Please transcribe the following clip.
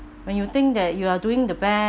when you think that you are doing the best